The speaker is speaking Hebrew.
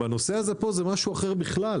ובנושא הזה פה זה משהו אחר בכלל,